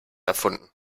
erfunden